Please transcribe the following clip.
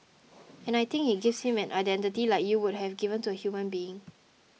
and I think it gives him an identity like you would have given to a human being